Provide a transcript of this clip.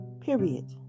period